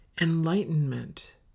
Enlightenment